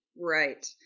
Right